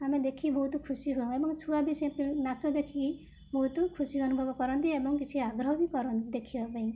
ଆମେ ଦେଖିକି ବହୁତ ଖୁସି ହଉ ଆମ ଛୁଆ ବି ନାଚ ଦେଖିକି ବହୁତ ଖୁସି ଅନୁଭବ କରନ୍ତି ଏବଂ କିଛି ଆଗ୍ରହ ବି କରନ୍ତି ଦେଖିବାପାଇଁ